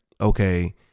okay